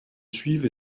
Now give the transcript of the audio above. suivent